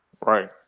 Right